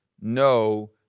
no